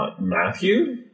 Matthew